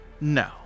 No